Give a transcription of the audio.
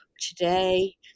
today